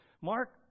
Mark